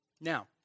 Now